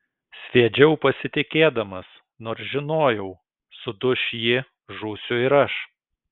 sviedžiau pasitikėdamas nors žinojau suduš ji žūsiu ir aš